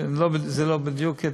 זה לא בדיוק,